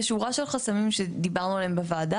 יש שורה של חסמים שדיברנו עליהם בוועדה,